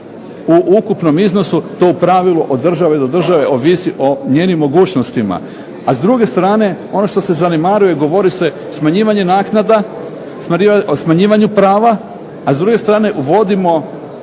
u ukupnom iznosu, to u pravilu od države do države ovisi o njenim mogućnostima. A s druge strane ono što se zanemaruje govori se smanjivanje naknada, o smanjivanju prava, a s druge strane uvodimo